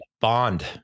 Bond